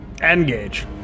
Engage